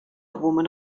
woman